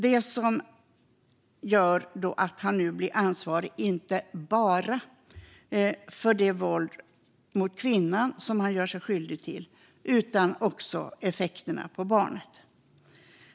Nu blir han ansvarig inte bara för det våld mot kvinnan han gör sig skyldig till utan också för effekterna på barnet.